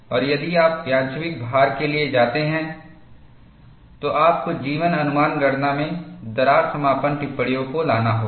और यदि आप यादृच्छिक भार के लिए जाते हैं तो आपको जीवन अनुमान गणना में दरार समापन टिप्पणियों को लाना होगा